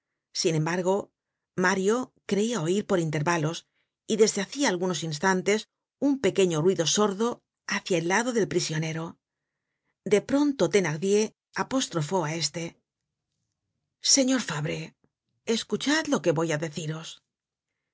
sin embargo mario creia oir por intervalos y desde hacia algunos instantes un pequeño ruido sordo háeia el lado del prisionero de pronto thenardier apostrofó á éste señor fabre escuchad lo que voy á deciros